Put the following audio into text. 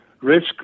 risk